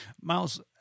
Miles